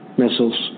missiles